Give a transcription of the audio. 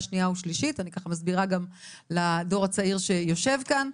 שנייה ושלישית אני מסבירה גם לדור הצעיר שיושב כאן.